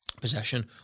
possession